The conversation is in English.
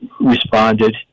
responded